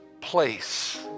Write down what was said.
place